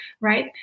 Right